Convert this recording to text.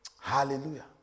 Hallelujah